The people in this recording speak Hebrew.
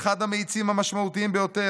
"אחד המאיצים המשמעותיים ביותר,